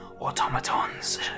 automatons